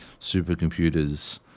supercomputers